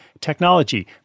technology